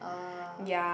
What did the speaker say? ah